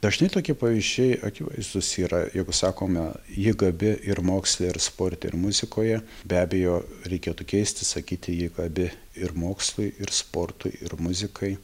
dažnai tokie pavyzdžiai akivaizdūs yra jeigu sakome ji gabi ir moksle ir sporte ir muzikoje be abejo reikėtų keisti sakyti ji gabi ir mokslui ir sportui ir muzikai